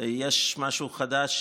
יש משהו חדש,